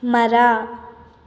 ಮರ